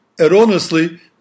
erroneously